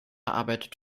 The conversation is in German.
arbeitet